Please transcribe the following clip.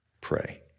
pray